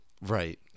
right